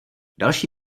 další